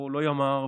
פה לא ימ"ר,